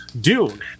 Dune